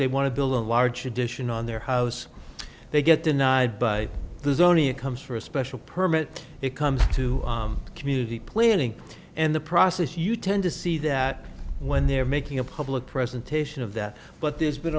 they want to build a large addition on their house they get denied by the zoning it comes for a special permit it comes to the community planning and the process you tend to see that when they're making a public presentation of that but there's been